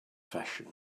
fashion